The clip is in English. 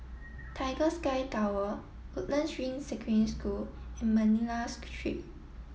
Tiger Sky Tower Woodlands Ring Secondary School and Manila Street